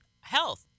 health